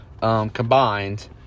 combined